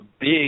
big